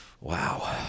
Wow